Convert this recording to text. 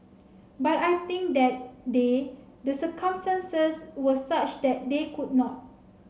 but I think that day the circumstances were such that they could not